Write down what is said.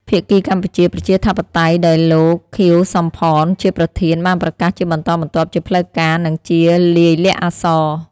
ភាគីកម្ពុជា ប្រជាធិបតេយ្យ ដែលលោក ខៀវ សំផន ជាប្រធាន បានប្រកាសជាបន្តបន្ទាប់ជាផ្លូវការ និងជា លាយលក្ខណ៍អក្សរ។